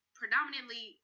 predominantly